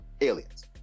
aliens